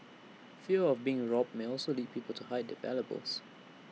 fear of being robbed may also lead people to hide their valuables